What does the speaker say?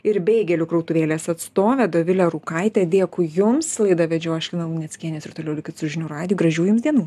ir beigelių krautuvėlės atstovę dovilę rūkaitę dėkui jums laida vedžiau aš lina luneckienė ir toliau likit su žinių radiju gražių jums dienų